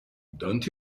don’t